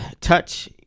Touch